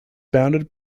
bounded